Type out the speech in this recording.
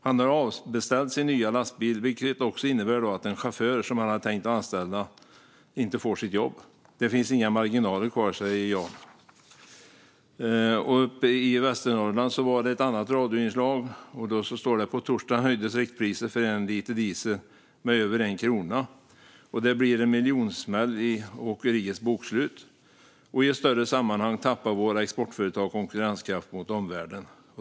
Han har avbeställt sin nya lastbil, vilket också innebär att den chaufför som han hade tänkt anställa inte får sitt jobb. Det finns inga marginaler kvar, säger Jan. Det finns också ett radioinslag från Västernorrland. Jag läser: På torsdagen höjdes riktpriset för en liter diesel med över 1 krona. Det blir en miljonsmäll i åkeriets bokslut, och i ett större sammanhang tappar våra exportföretag konkurrenskraften mot omvärlden.